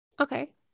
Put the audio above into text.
Okay